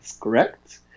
correct